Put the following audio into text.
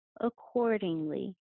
accordingly